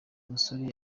musore